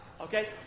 Okay